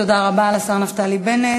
תודה רבה לשר נפתלי בנט.